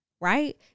right